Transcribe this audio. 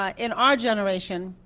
ah in our generation,